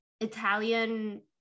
Italian